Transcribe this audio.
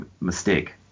mistake